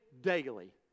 daily